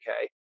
okay